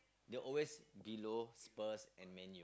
they always below Spurs and Man-U